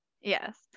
Yes